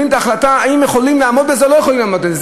ההחלטה אם יכולים לעמוד בזה או לא יכולים לעמוד בזה.